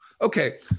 okay